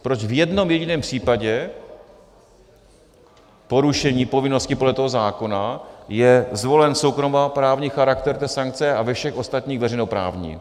Proč v jednom jediném případě porušení povinnosti podle toho zákona je zvolen soukromoprávní charakter sankce a ve všech ostatních veřejnoprávní?